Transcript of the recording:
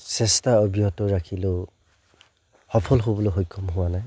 চেষ্টা অব্যাহত ৰাখিলেও সফল হ'বলৈ সক্ষম হোৱা নাই